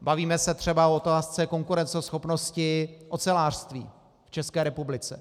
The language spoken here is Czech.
Bavíme se třeba o otázce konkurenceschopnosti ocelářství v České republice.